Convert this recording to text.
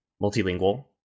multilingual